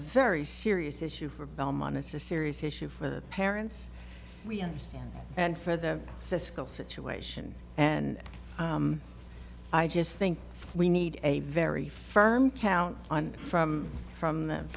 very serious issue for belmont it's a serious issue for the parents we understand and for the fiscal situation and i just think we need a very firm count on from from th